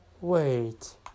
wait